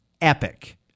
epic